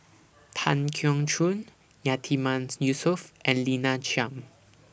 Tan Keong Choon Yatiman Yusof and Lina Chiam